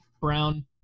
brown